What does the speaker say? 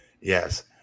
yes